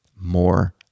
more